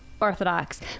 Orthodox